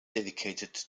dedicated